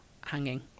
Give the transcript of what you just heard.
hanging